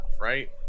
right